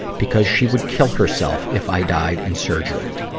because she would kill herself if i died in surgery.